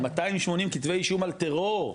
על 280 כתבי אישום על טרור,